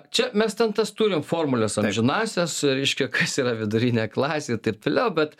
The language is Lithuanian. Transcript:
čia mes ten tas turim formules amžinąsias reiškia kas yra vidurinė klasė i taip toliau bet